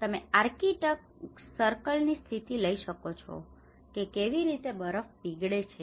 તમે Arctic circle ની સ્થિતિ લઇ શકો છો કે કેવી રીતે બરફ પીગળે છે